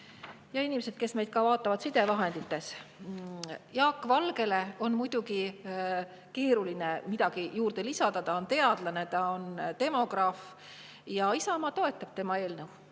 Inimesed, kes meid vaatavad sidevahendite abil! Jaak Valgele on muidugi keeruline midagi juurde lisada. Ta on teadlane, ta on demograaf. Isamaa toetab tema eelnõu,